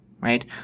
right